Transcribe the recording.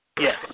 Yes